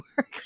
work